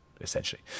essentially